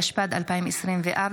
התשפ"ד 2024,